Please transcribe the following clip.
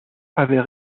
avaient